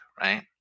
right